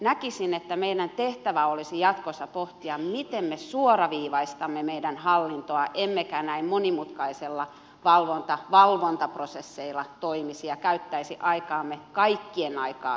näkisin että meidän tehtävämme olisi jatkossa pohtia miten me suoraviivaistamme meidän hallintoa emmekä näin monimutkaisilla valvontaprosesseilla toimisi ja käyttäisi aikaamme kaikkien aikaa turhaan